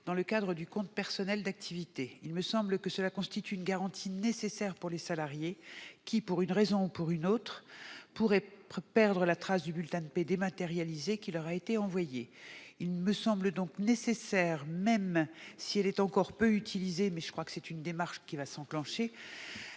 dans le cadre du compte personnel d'activité. Il me semble que cela constitue une garantie nécessaire pour les salariés qui, pour une raison ou pour une autre, pourraient perdre la trace du bulletin dématérialisé qui leur a été envoyé. Il me paraît donc nécessaire, même si elle est encore peu utilisée, certainement parce qu'elle est